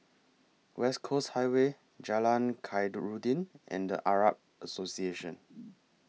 West Coast Highway Jalan Khairuddin and The Arab Association